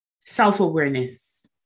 Self-awareness